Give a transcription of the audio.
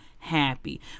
happy